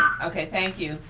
okay, thank you.